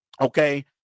okay